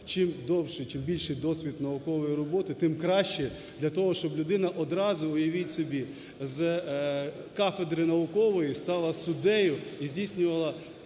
чим довший, чим більший досвід наукової роботи, тим краще для того, щоб людина одразу, уявіть собі, з кафедри наукової стала суддею і здійснювала